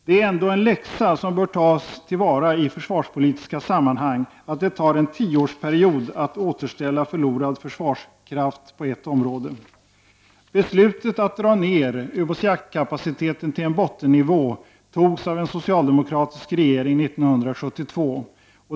Det är ändå en läxa, som bör tas till vara i försvarspolitiska sammanhang, att det tar en tioårsperiod att återställa förlorad försvarskraft på ett område. Beslutet att dra ner ubåtsjaktskapaciteten till en bottennivå fattades av en socialdemokratisk regering 1972.